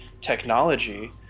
technology